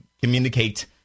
communicate